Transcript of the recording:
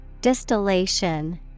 Distillation